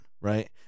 right